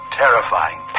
terrifying